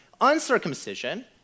Uncircumcision